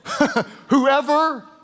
Whoever